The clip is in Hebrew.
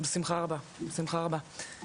בשמחה רבה, תודה.